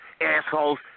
assholes